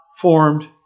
formed